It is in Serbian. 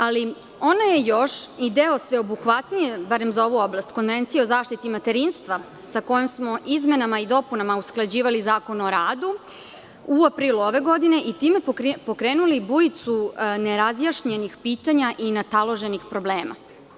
Ali, ona je još i deo sveobuhvatnije barem za ovu oblast Konvencija o zaštiti materinstva sa kojom smo izmenama i dopunama usklađivali Zakon o radu u aprilu ove godine i time pokrenuli bujicu nerazjašnjenih pitanja i nataloženih problema.